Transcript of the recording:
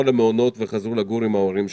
על המעונות וחזרו לגור עם ההורים שלהם.